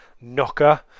knocker